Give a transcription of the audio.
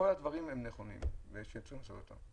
אני מאחל לך בהצלחה.